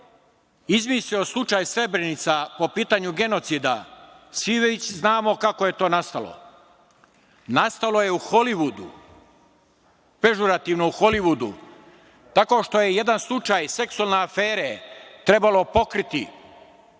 izmislio slučaj Srebrenica po pitanju genocida svi već znamo kako je to nastalo. Nastalo je u Holivudu, pežorativno u Holivudu tako što je jedan slučaj seksualne afere trebalo pokriti